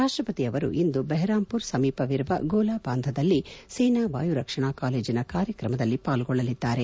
ರಾಷ್ಟಪತಿ ಅವರು ಇಂದು ಬೆರ್ಹಾಂಪುರ್ ಸಮೀಪವಿರುವ ಗೊಲಾಬಾಂಧದಲ್ಲಿ ಸೇನಾ ವಾಯು ರಕ್ಷಣಾ ಕಾಲೇಜಿನ ಕಾರ್ಯಕ್ರಮದಲ್ಲಿ ಪಾಲ್ಲೊಳ್ಳಲಿದ್ದಾರೆ